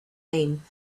name